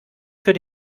für